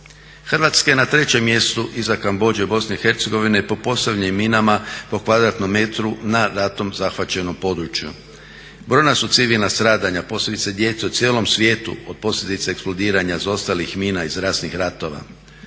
Hrvatska je na 3.mjestu iz Kambodže, BiH po postavljenim minama po kvadratnom metru na ratom zahvaćenom području. Brojna su civilna stradanja posebice djece u cijelom svijetu od posljedica eksplodiranja zaostalih mina iz rasnih ratova.